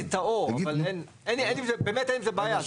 אבל באמת אין עם זה בעיה,